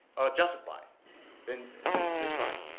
are justified in this life.